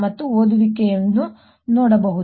ಮತ್ತು ಓದುವಿಕೆ ಏನು ಎಂದು ನೋಡೋಣ